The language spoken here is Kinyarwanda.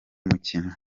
mukino